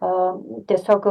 o tiesiog